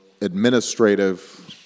administrative